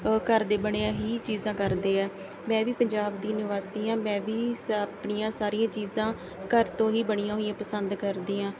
ਘਰ ਦੀਆਂ ਬਣੀਆਂ ਹੀ ਚੀਜ਼ਾਂ ਕਰਦੇ ਆ ਮੈਂ ਵੀ ਪੰਜਾਬ ਦੀ ਨਿਵਾਸੀ ਹਾਂ ਮੈਂ ਵੀ ਆਪਣੀਆਂ ਸਾਰੀਆਂ ਚੀਜ਼ਾਂ ਘਰ ਤੋਂ ਹੀ ਬਣੀਆਂ ਹੋਈਆਂ ਪਸੰਦ ਕਰਦੀ ਹਾਂ